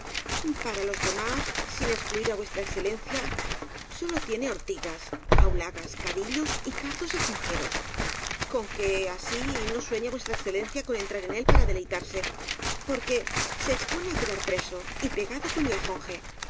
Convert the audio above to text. para los demás sin excluir á v e sólo tiene ortigas aulagas cadillos y cardos ajonjeros con que así no sueñe v e con entrar en él para deleitarse porque se expone á quedar preso y pegado con el ajonje